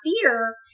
fear